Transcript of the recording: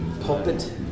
Pulpit